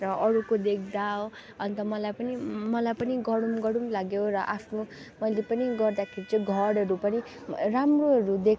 र अरूको देख्दा अन्त मलाई पनि मलाई पनि गरौँ गरौँ लाग्यो र आफ्नो मैले पनि गर्दाखेरि चाहिँ घरहरू पनि राम्रोहरू देख